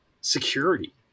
security